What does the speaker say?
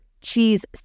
cheese